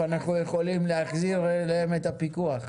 ראשית, אנחנו יכולים להחזיר אליהם את הפיקוח.